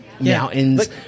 mountains